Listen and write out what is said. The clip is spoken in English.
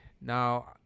Now